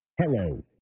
Hello